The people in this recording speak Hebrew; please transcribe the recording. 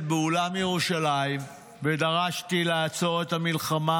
באולם ירושלים ודרשתי לעצור את המלחמה.